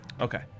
Okay